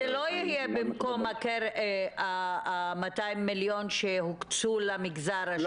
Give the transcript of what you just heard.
זה לא יהיה במקום ה-200 מיליון שהוקצו למגזר השלישי?